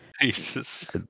Jesus